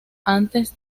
antes